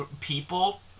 people